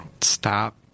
stop